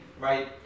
right